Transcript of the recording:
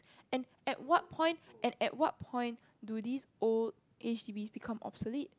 and at what point at at what point do these old H_D_Bs become obsolete